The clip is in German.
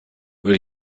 würde